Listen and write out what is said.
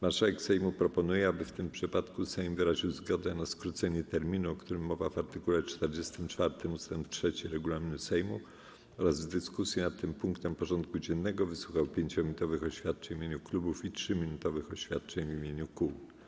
Marszałek Sejmu proponuje, aby w tym przypadku Sejm wyraził zgodę na skrócenie terminu, o którym mowa w art. 44 ust. 3 regulaminu Sejmu, oraz w dyskusji nad tym punktem porządku dziennego wysłuchał 5-minutowych oświadczeń w imieniu klubów i 3-minutowych oświadczeń w imieniu kół.